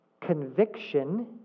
conviction